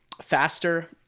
faster